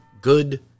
good